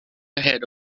ahead